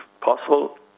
possible